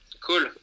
Cool